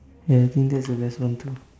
ya I think that's the best one too